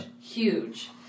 Huge